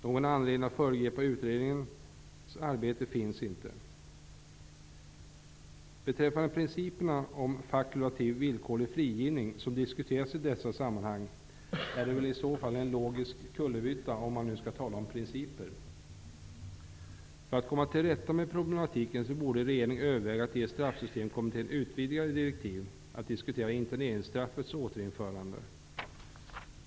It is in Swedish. Någon anledning att föregripa utredningens arbete finns inte. Principerna om fakultativ villkorlig frigivning, som diskuteras i dessa sammanhang, är väl i så fall en logisk kullerbytta om man nu skall tala om principer. För att komma till rätta med problematiken borde regeringen överväga att ge Straffsystemkommittén utvidgade direktiv att diskutera interneringsstraffets återinförande.